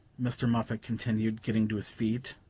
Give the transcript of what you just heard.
mr. moffatt continued, getting to his feet.